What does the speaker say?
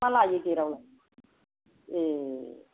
मा लायो गेट आवलाय ए